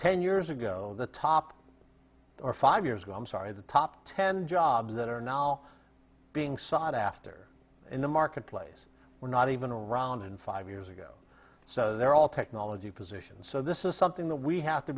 ten years ago the top or five years ago i'm sorry the top ten jobs that are now being sought after in the marketplace were not even around in five years ago so they're all technology positions so this is something that we have to